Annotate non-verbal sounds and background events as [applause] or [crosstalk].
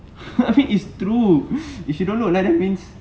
[laughs] it is true if you don't look like that means